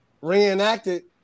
reenacted